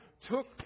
took